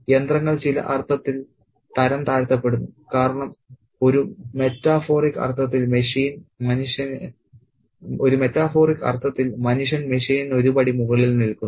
യന്ത്രങ്ങൾ ചില അർത്ഥത്തിൽ തരംതാഴ്ത്തപ്പെടുന്നു കാരണം ഒരു മെറ്റാഫോറിക് അർത്ഥത്തിൽ മനുഷ്യൻ മെഷീനിന് ഒരു പടി മുകളിൽ നിൽക്കുന്നു